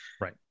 right